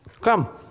Come